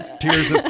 tears